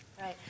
Right